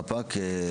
רפ"ק,